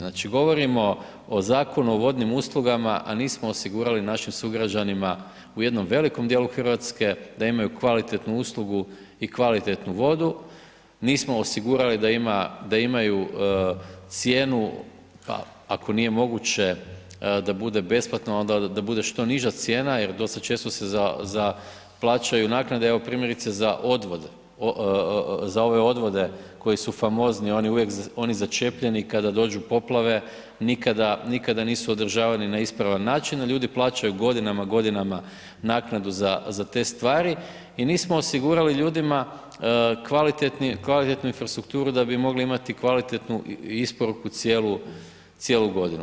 Znači, govorimo o Zakonu o vodnim uslugama, a nismo osigurali našim sugrađanima u jednom velikom dijelu RH da imaju kvalitetnu uslugu i kvalitetnu vodu, nismo osigurali da imaju cijenu, ako nije moguće da bude besplatno, onda da bude što niža cijena jer dosta često se plaćaju naknade, evo primjerice za odvod, za ove odvode koji su famozni, oni uvijek začepljeni kada dođu poplave, nikada nisu održavani na ispravan način, a ljudi plaćaju godinama, godinama naknadu za te stvari i nismo osigurali ljudima kvalitetnu infrastrukturu da bi mogli imali kvalitetnu isporuku cijelu godinu.